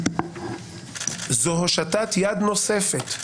זו הושטת יד נוספת.